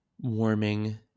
warming